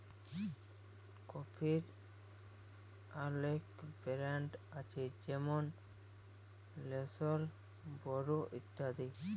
কফির অলেক ব্র্যাল্ড আছে যেমল লেসলে, বুরু ইত্যাদি